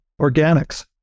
organics